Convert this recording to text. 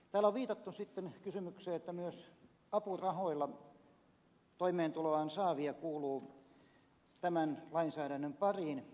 täällä on viitattu kysymykseen että myös apurahoilla toimeentuloaan saavia kuuluu tämän lainsäädännön pariin